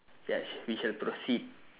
yes we shall proceed